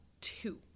two